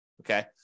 okay